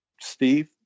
Steve